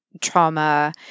trauma